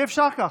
אי-אפשר ככה.